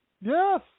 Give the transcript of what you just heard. Yes